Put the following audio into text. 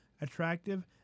attractive